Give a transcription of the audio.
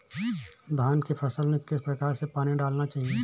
धान की फसल में किस प्रकार से पानी डालना चाहिए?